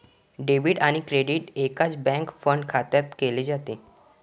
debit आणि credit एकाच bank fund खात्यात केले जाते